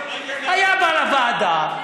היה בא לוועדה,